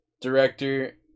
director